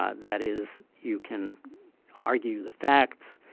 ah that is, you can argue the facts,